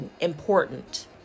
important